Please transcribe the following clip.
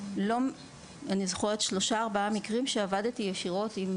אני זוכרת שלושה-ארבעה מקרים שעבדתי ישירות עם